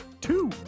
two